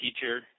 teacher